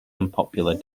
unpopular